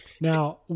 Now